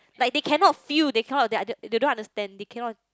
like they cannot feel they cannot they they don't understand they cannot